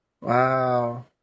Wow